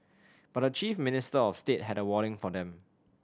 but the chief minister of the state had a warning for them